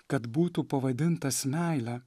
kad būtų pavadintas meile